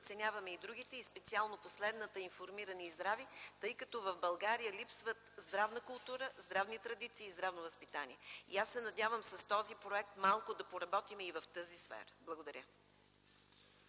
подценяваме и другите и специално последната „Информирани и здрави”, тъй като в България липсва здравна култура, здравни традиции и здравно възпитание. И аз се надявам с този проект малко да поработим и в тази сфера. Благодаря.